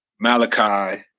Malachi